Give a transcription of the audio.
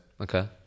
Okay